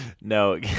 No